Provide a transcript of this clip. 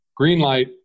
Greenlight